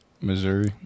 Missouri